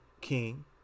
king